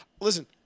Listen